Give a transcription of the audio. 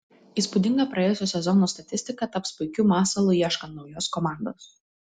įspūdinga praėjusio sezono statistika taps puikiu masalu ieškant naujos komandos